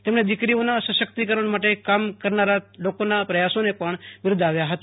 તેમણે દીકરીઓના સશક્તિકરણ માટે કામ કરનાર લોકોના પ્રયાસોને પણ બિરદાવ્યા હતા